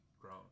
grown